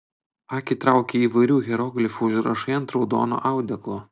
akį traukia įvairių hieroglifų užrašai ant raudono audeklo